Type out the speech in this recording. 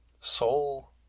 Soul